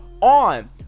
on